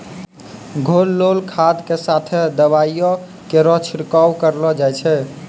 घोललो खाद क साथें दवाइयो केरो छिड़काव करलो जाय छै?